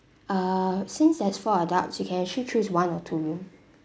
uh since there is four adults you can actually choose one or two room